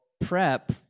prep